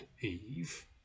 eve